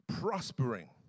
prospering